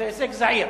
זה הישג זעיר.